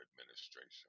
administration